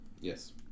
Yes